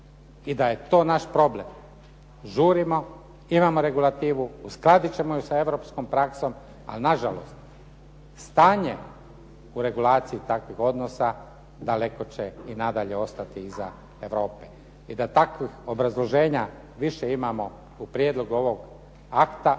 i da je to naš problem. Žurimo, imamo regulativu, uskladit ćemo ju sa europskom praksom ali nažalost stanje u regulaciji takvih odnosa daleko će i nadalje ostati iza Europe. I da takvih obrazloženja više imamo u prijedlogu ovog akta